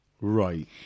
Right